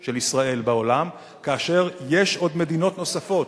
של ישראל בעולם, כאשר יש מדינות נוספות,